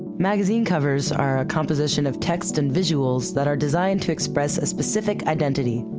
magazine covers are a composition of text and visuals that are designed to express a specific identity,